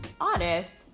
honest